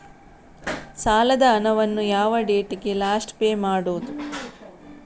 ಸಾಲದ ಹಣವನ್ನು ಯಾವ ಡೇಟಿಗೆ ಲಾಸ್ಟ್ ಪೇ ಮಾಡುವುದು?